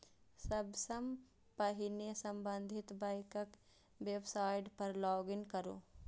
सबसं पहिने संबंधित बैंकक वेबसाइट पर लॉग इन करू